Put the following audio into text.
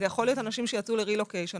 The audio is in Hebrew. יכול להיות אנשים שיצאו לרילוקיישן,